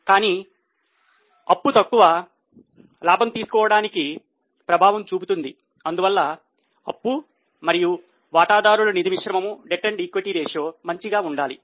కానీ తక్కువ అప్పు లాభం తీసుకోవడానికి ప్రభావం చూపుతుంది అందువల్ల అప్పు మరియు వాటాదారుల నిధి మిశ్రమము మంచిగా ఉండాలి